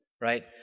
Right